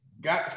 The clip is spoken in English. got